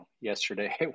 yesterday